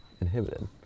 inhibited